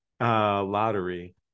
lottery